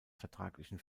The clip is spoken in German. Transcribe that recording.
vertraglichen